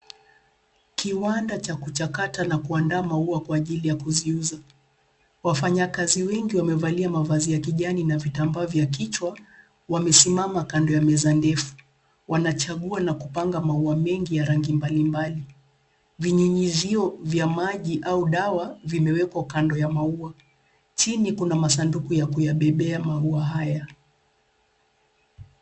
Kiwanda cha kuchakata na kuandaa maua kwa ajili ya kuziuza. Wafanyakazi wengi wamevalia mavazi ya kijani na vitambaa vya kichwa, wamesimama kando ya meza ndefu. Wanachagua na kupanga maua mengi ya rangi mbalimbali. Vinyunyizio vya maji au dawa vimewekwa kando ya maua. Chini kuna masanduku ya kuyabebea maua haya.